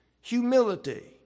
humility